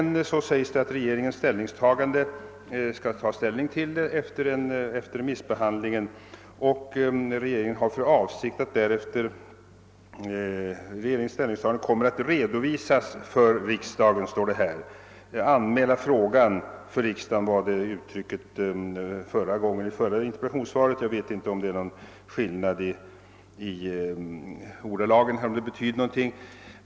I interpellationssvaret sägs att regeringens ställningstagande kommer att redovisas för riksdagen, medan i det tidigare interpellationssvaret anfördes att regeringen hade för avsikt att anmäla frågan för riksdagen. Jag vet inte om det föreligger någon skillnad mellan dessa båda uttryckssätt.